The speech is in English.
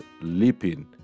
leaping